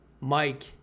mike